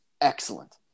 excellent